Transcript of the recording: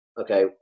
okay